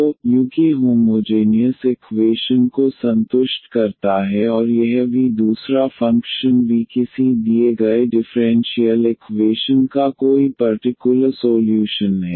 तो u कि homogeneous equation को संतुष्ट करता है और यह v दूसरा फ़ंक्शन v किसी दिए गए डिफ़्रेंशियल इकवेशन का कोई पर्टिकुलर सोल्यूशन है